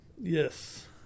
Yes